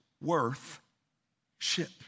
worth-ship